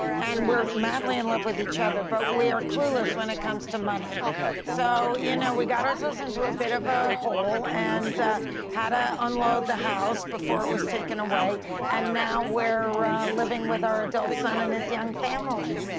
and we're madly in love with each other, but we are clueless when it comes to money. so, you know we got ourselves into a bit of a hole and had to ah unload the house before it was taken away and now we're living with our adult son and his young family.